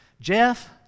Jeff